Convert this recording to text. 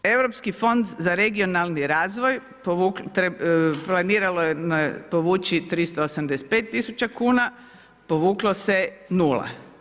Europski fond za regionalni razvoj, planirano je povući 385 tisuća kuna, povuklo se nula.